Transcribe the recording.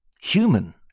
human